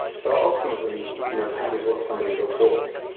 so ultimately you know pain is what somebody reports.